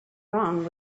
wrong